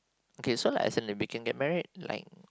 okay so like as in we can get married like